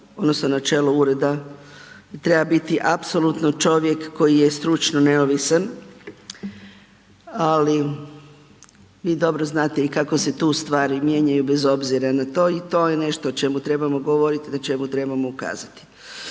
odnosno na čelu ureda treba biti apsolutno čovjek koji je stručno neovisan, ali vi dobro znate i kako se tu u stvari mijenjaju bez obzira na to i to je nešto o čemu trebamo govorit, na čemu trebamo ukazati.